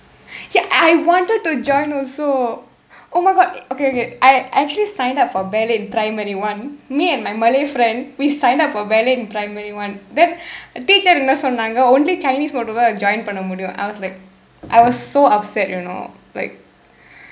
ya I wanted to join also oh my god okay okay I actually signed up for ballet in primary one me and my malay friend we signed up for ballet in primary one then teacher என்ன சொன்னாங்க:enna sonnaaangka only chinese மட்டும்தான்:mattumthaan join பண்ண முடியும்:panna mudiyum I was like I was so upset you know like